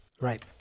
right